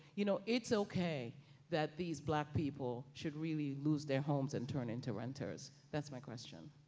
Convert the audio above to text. you know, it's okay that these black people should really lose their homes and turn into renters, that's my question.